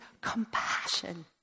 compassion